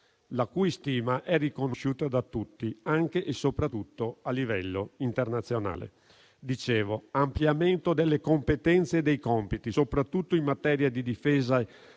la cui stima è riconosciuta da tutti, anche e soprattutto a livello internazionale. L'ampliamento delle competenze e dei compiti, soprattutto in materia di difesa,